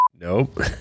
nope